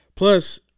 plus